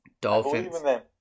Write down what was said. Dolphins